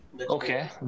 Okay